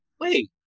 wait